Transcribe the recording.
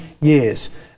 years